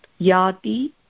Yati